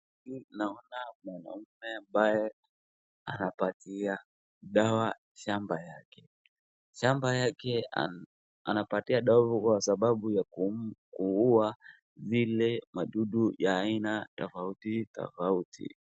Naona mwanaume ambaye anapatia dawa shamba yake. Shamba yake anapitia dawa kwa sababu ya kuua zile wadudu ya aina tofauti tofauti.